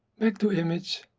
back to image,